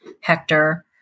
Hector